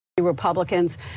republicans